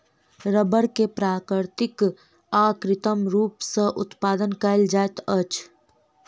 रबड़ के प्राकृतिक आ कृत्रिम रूप सॅ उत्पादन कयल जाइत अछि